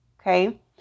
Okay